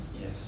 Yes